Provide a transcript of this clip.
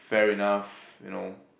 fair enough you know